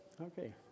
okay